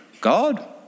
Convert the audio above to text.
God